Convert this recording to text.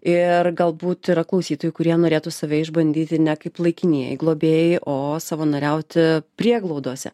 ir galbūt yra klausytojų kurie norėtų save išbandyti ne kaip laikinieji globėjai o savanoriauti prieglaudose